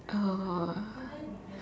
oh